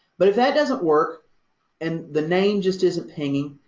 but if that doesn't work and the name just isn't pinging,